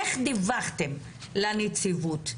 איך דיווחתם לנציבות,